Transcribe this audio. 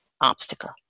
obstacle